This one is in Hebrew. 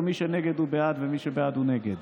או מי שנגד הוא בעד ומי שבעד הוא נגד?